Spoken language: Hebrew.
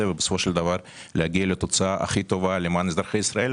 ובסופו של דבר להגיע לתוצאה הכי טובה למען אזרחי ישראל.